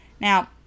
Now